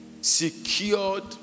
secured